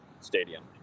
Stadium